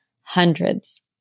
hundreds